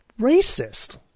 racist